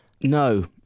No